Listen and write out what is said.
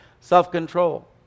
self-control